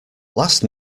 last